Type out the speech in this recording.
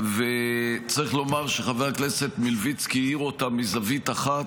צריך לומר שחבר הכנסת מלביצקי האיר אותה מזווית אחת,